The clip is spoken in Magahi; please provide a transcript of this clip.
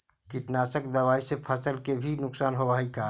कीटनाशक दबाइ से फसल के भी नुकसान होब हई का?